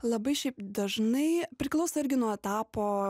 labai šiaip dažnai priklauso irgi nuo etapo